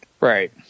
Right